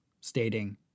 stating